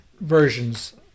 versions